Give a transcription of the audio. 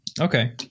Okay